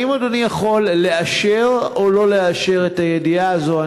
האם אדוני יכול לאשר או לא לאשר את הידיעה הזאת?